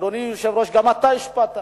אדוני היושב-ראש, גם אתה השפעת.